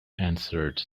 answered